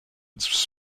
its